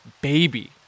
baby